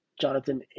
Jonathan